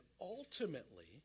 ultimately